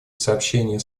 сообщения